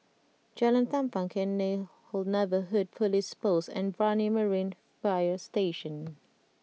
Jalan Tampang Cairnhill Neighbourhood Police Post and Brani Marine Fire Station